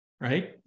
Right